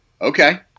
Okay